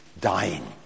dying